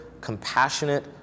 compassionate